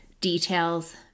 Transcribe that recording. details